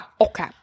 Okay